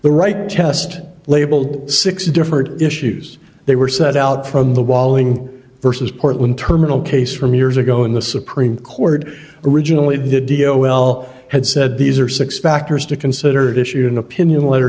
the right test labeled six different issues they were set out from the walling versus portland terminal case from years ago in the supreme court originally did dio well had said these are six factors to consider it issued an opinion letter